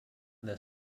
their